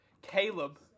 Caleb